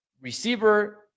receiver